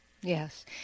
Yes